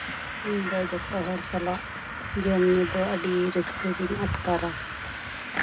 ᱤᱧᱫᱚ ᱡᱷᱚᱛᱚ ᱦᱚᱲ ᱥᱟᱞᱟᱜ ᱡᱚᱢ ᱧᱩ ᱫᱚ ᱟᱹᱰᱤ ᱨᱟᱹᱥᱠᱟᱹ ᱜᱤᱧ ᱟᱴᱠᱟᱨᱟ